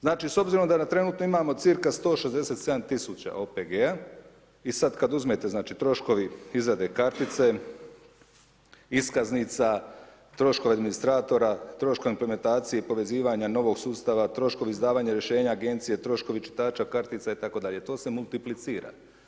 Znači da trenutno imamo cca 167 000 OPG-a i sad kad uzmete znači troškovi izrade kartice, iskaznica, troškovi administratora, troškovi implementacije i povezivanja novog sustava, troškovi izdavanja rješenja agencije, troškovi čitača kartica itd., to se multiplicira.